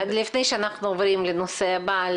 לפני שאנחנו עוברים לנושא הבא.